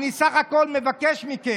אני בסך הכול מבקש מכם,